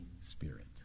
Spirit